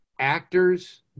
Actors